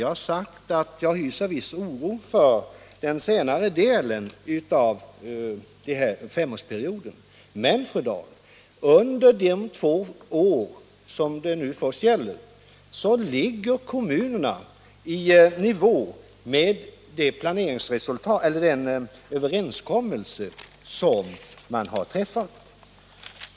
Jag har sagt att jag hyser en viss oro för den senare delen av femårsperioden, men under de två år som det nu först gäller ligger kommunerna i nivå med den överenskommelse som har träffats.